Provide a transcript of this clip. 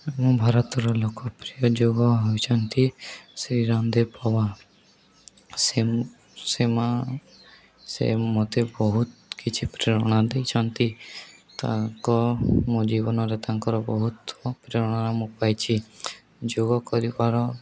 ମୁଁ ଭାରତର ଲୋକପ୍ରିୟ ଯୋଗ ହେଉଛନ୍ତି ଶ୍ରୀ ରାମଦେବ ବାବା ସେ ସେ ମତେ ବହୁତ କିଛି ପ୍ରେରଣା ଦେଇଛନ୍ତି ତାଙ୍କ ମୋ ଜୀବନରେ ତାଙ୍କର ବହୁତ ପ୍ରେରଣା ମୁଁ ପାଇଛିି ଯୋଗ କରିବାର